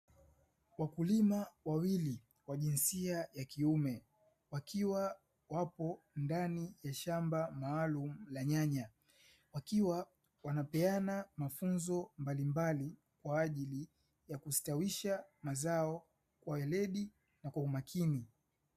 Wakulima wawili wa jinsia ya kiume wakiwa wapo ndani ya shamba maalumu la nyanya wakiwa wanapeana mafunzo mbalimbali kwajili ya kustawi mazao kwa uweledi na kwa umakini.